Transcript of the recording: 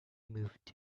moved